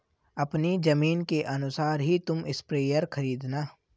अपनी जमीन के अनुसार ही तुम स्प्रेयर खरीदना